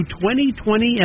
2020